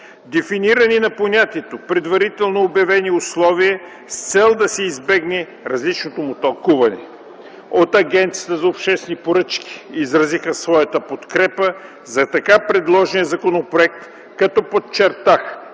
дефиниране на понятието „предварително обявени условия” с цел да се избегне различното му тълкуване. От Агенцията за обществени поръчки изразиха своята подкрепа за така предложения законопроект, като подчертаха,